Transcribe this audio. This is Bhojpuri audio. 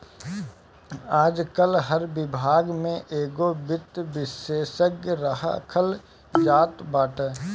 आजकाल हर विभाग में एगो वित्त विशेषज्ञ रखल जात बाने